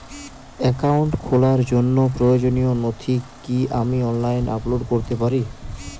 Account খোলার জন্য প্রয়োজনীয় নথি কি আমি অনলাইনে আপলোড করতে পারি?